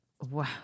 Wow